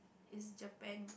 is Japan